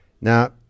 Now